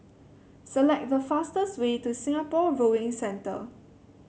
select the fastest way to Singapore Rowing Centre